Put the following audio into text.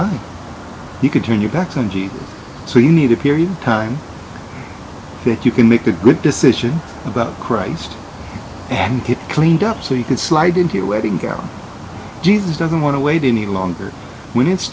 mind you can turn your backs on jesus so you need a period of time that you can make a good decision about christ and get cleaned up so you can slide into your wedding gown jesus doesn't want to wait any longer when it's